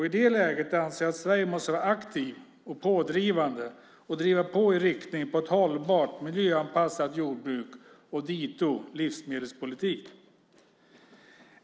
I det läget anser jag att Sverige måste vara aktivt och pådrivande och driva på i riktning för ett hållbart miljöanpassat jordbruk och dito livsmedelspolitik.